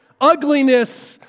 ugliness